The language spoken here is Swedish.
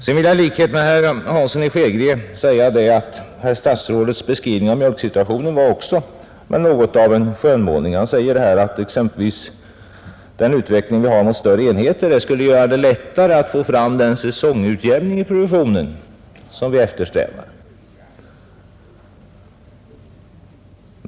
Sedan vill jag i likhet med herr Hansson i Skegrie säga att statsrådets beskrivning av mjölksituationen också var något av en skönmålning. Han sade att utvecklingen mot större enheter skulle göra det lättare att få fram den säsongutjämning i produktionen som vi eftersträvar.